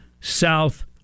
south